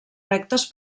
rectes